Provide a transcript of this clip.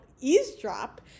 eavesdrop